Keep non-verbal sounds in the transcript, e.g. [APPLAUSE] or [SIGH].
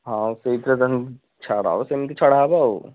ହଁ ସେଇଥିରେ [UNINTELLIGIBLE] ଛାଡ଼ ହବ ସେମିତି ଛାଡ଼ା ହେବ ଆଉ